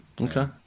Okay